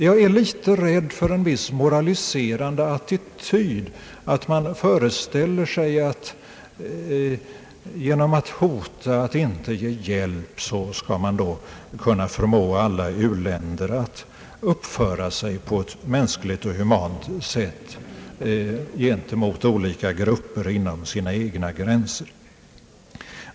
Jag är litet rädd för en viss moraliserande attityd: att man föreställer sig att genom hot om att inte ge hjälp kunna förmå alla u-länder att uppföra sig på ett mänskligt sätt gentemot olika grupper inom sina egna gränser.